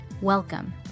Welcome